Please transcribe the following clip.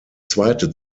zweite